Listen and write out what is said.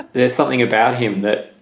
there's something about him that,